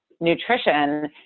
nutrition